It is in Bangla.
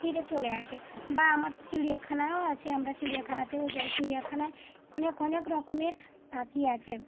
ফিরে চলে আসে বা আমার চিড়িয়াখানাও আছে আমরা চিড়িয়াখানাতেও যাই চিড়িয়াখানায় অনেক অনেক রকমের পাখি আছে